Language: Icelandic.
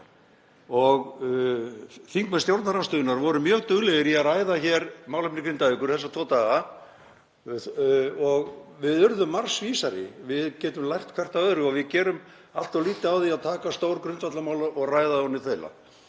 Þingmenn stjórnarandstöðunnar voru mjög duglegir við að ræða málefni Grindavíkur þessa tvo daga og við urðum margs vísari. Við getum lært hvert af öðru og við gerum allt of lítið af því að taka stór grundvallarmál og ræða þau í þaula.